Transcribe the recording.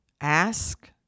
Ask